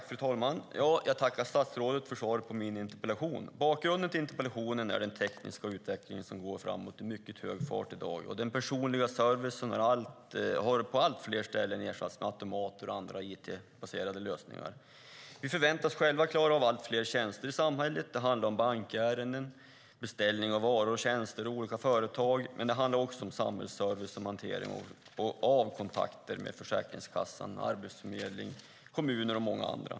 Fru talman! Jag tackar statsrådet för svaret på min interpellation. Bakgrunden till interpellationen är den tekniska utvecklingen som går framåt i en mycket hög fart i dag. Den personliga servicen har på allt fler ställen ersatts med automater och andra it-baserade lösningar. Vi förväntas själva klara av allt fler tjänster i samhället. Det handlar om bankärenden, beställning av varor och tjänster av olika företag. Men det handlar också om samhällsservice såsom hantering av kontakter med försäkringskassa, arbetsförmedling, kommuner och många andra.